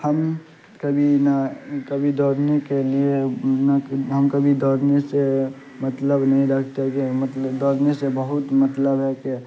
ہم کبھی نہ کبھی دورنے کے لیے ہم کبھی دوڑنے سے مطلب نہیں رکھتے کہ مطلب دورنے سے بہت مطلب ہے کہ